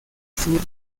sur